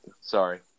Sorry